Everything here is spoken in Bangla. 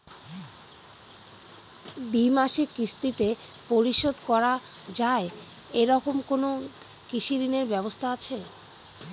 দ্বিমাসিক কিস্তিতে পরিশোধ করা য়ায় এরকম কোনো কৃষি ঋণের ব্যবস্থা আছে?